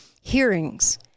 hearings